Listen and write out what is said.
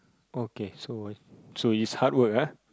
okay so I so it's hard work ah